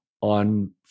on